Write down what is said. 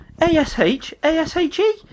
a-s-h-a-s-h-e